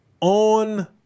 on